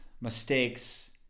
mistakes